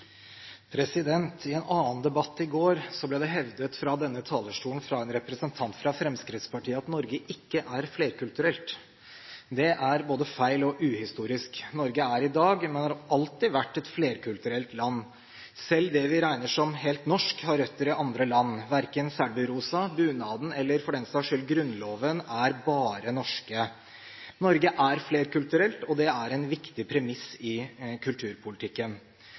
I en annen debatt i går ble det hevdet fra denne talerstolen av en representant fra Fremskrittspartiet at Norge ikke er flerkulturelt. Det er både feil og uhistorisk. Norge er i dag, og har alltid vært, et flerkulturelt land. Selv det vi regner som helt norsk, har røtter i andre land. Verken selburosa, bunaden eller for den saks skyld Grunnloven er bare norsk. Norge er flerkulturelt, og det er en viktig premiss i kulturpolitikken.